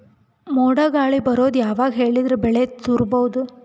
ಮೋಡ ಗಾಳಿ ಬರೋದು ಯಾವಾಗ ಹೇಳಿದರ ಬೆಳೆ ತುರಬಹುದು?